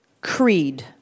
Creed